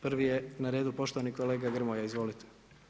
Prvi je na redu, poštovani kolega Grmoja, izvolite.